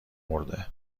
مرده